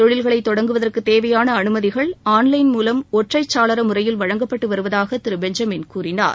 தொழில்களை தொடங்குவதற்கு தேவையான அனுமதிகள் ஆன்லைன் மூலம் ஒற்றைச்சாளர முறையில் வழங்கப்பட்டு வருவதாக திரு பெஞ்சமின் கூறினார்